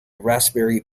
raspberry